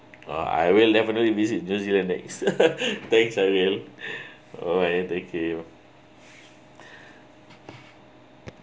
uh I will definitely visit new zealand next thanks I will alright thank you